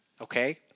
okay